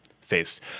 faced